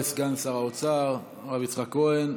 תודה רבה לסגן שר האוצר, הרב יצחק כהן.